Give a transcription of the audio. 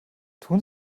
tun